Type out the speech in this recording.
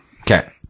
Okay